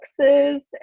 Texas